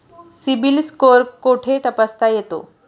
CIBIL score कुठे तपासता येतो?